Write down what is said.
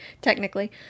Technically